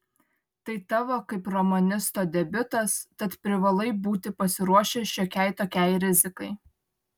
tai tavo kaip romanisto debiutas tad privalai būti pasiruošęs šiokiai tokiai rizikai